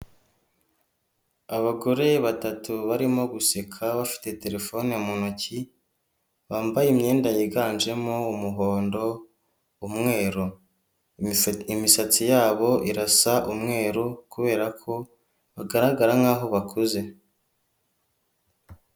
Abagore batatu barimo guseka bafite terefone mu ntoki bambaye imyenda yiganjemo umuhondo umweru imisatsi yabo irasa umweru kubera ko bagaragara nkaho bakuze.